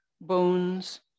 bones